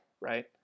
right